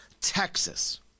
Texas